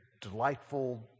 Delightful